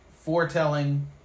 foretelling